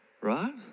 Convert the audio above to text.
right